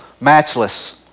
matchless